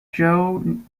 joe